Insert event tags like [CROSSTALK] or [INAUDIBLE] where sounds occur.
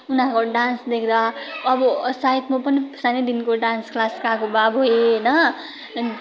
उनीहरूको डान्स देख्दा अब सायद म पनि सानैदेखिको डान्स क्लास गएको भए [UNINTELLIGIBLE] होइन